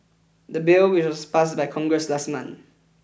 the bill which was passed by Congress last month